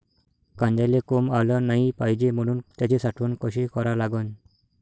कांद्याले कोंब आलं नाई पायजे म्हनून त्याची साठवन कशी करा लागन?